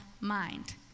mind